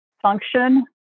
function